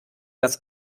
das